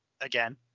again